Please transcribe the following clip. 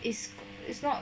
is it's not